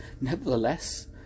Nevertheless